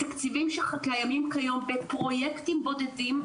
התקציבים שקיימים כיום בפרויקטים בודדים,